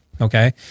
okay